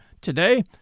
Today